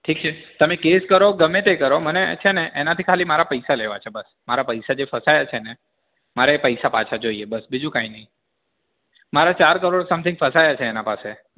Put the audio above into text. ઠીક છે તમે કેસ કરો ગમે તે કરો મને છે ને એનાથી ખાલી મારા પૈસા લેવા છે બસ મારા પૈસા જે ફસાયા છે ને મારે એ પૈસા પાછા જોઈએ બસ બીજું કાંઇ નહીં મારા ચાર કરોડ સમથિંગ ફસાયા છે એના પાસે